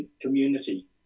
community